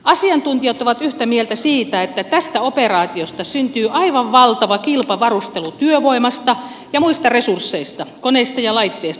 asiantuntijat ovat yhtä mieltä siitä että tästä operaatiosta syntyy aivan valtava kilpavarustelu työvoimasta ja muista resursseista koneista ja laitteista